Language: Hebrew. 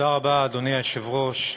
תודה רבה, אדוני היושב-ראש,